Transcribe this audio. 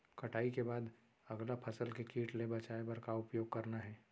कटाई के बाद अगला फसल ले किट ले बचाए बर का उपाय करना हे?